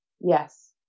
Yes